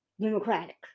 democratic